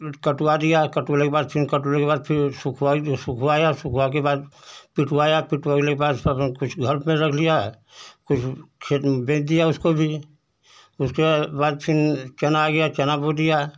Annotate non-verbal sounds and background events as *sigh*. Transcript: कटवा दिया कटवैले के बाद फिर कटवैले के बाद सुखवाई सुखवाया सुखवैले के बाद पिटवाया पिटवैले के बाद *unintelligible* कुछ घर पर रख दिया कुछ खेत में बेच दिया उसको भी उसके बाद बाद फिर चना आ गया चना बो दिया